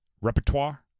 repertoire